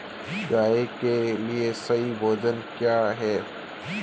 गाय के लिए सही भोजन क्या है?